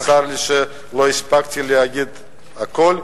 צר לי שלא הספקתי להגיד הכול.